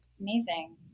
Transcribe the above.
Amazing